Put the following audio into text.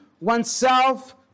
oneself